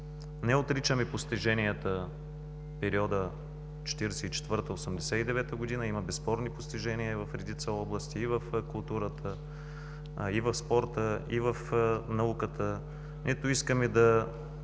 Не отричам и постиженията в периода 1944 – 1989 г. Има безспорни постижения в редица области – и в културата, и в спорта, и в науката, нито искаме да